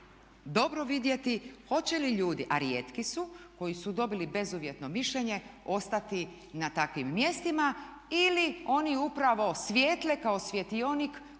dobro vidjeti hoće li ljudi, a rijetki su koji su dobili bezuvjetno mišljenje ostati na takvim mjestima ili oni upravo svijetle kao svjetionik koji